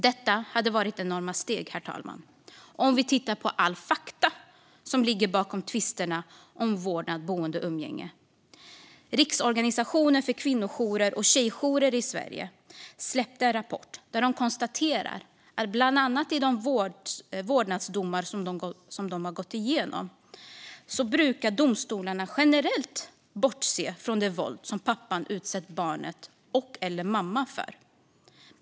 Detta hade varit enorma steg, herr talman, om vi tittar på alla fakta som ligger bakom tvisterna om vårdnad, boende och umgänge. Riksorganisationen för kvinnojourer och tjejjourer i Sverige har släppt en rapport där de bland annat konstaterar att i de vårdnadsdomar som de har gått igenom brukar domstolarna generellt bortse från det våld som pappan utsatt barnet eller mamman för.